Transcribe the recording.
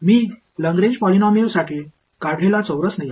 मी Lagrange पॉलिनिमियलसाठी काढलेला चौरस नियम